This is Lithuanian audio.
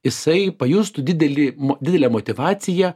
jisai pajustų didelį didelę motyvaciją